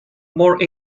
more